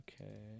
Okay